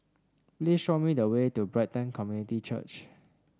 please show me the way to Brighton Community Church